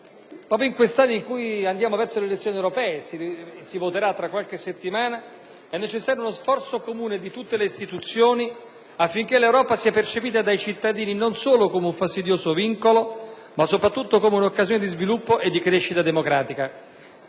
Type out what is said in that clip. proprio in quest'anno in cui andiamo verso le elezioni europee (si voterà tra qualche settimana), uno sforzo comune di tutte le istituzioni affinché l'Europa sia percepita dai cittadini non solo come un fastidioso vincolo, ma soprattutto come un'occasione di sviluppo e di crescita democratica.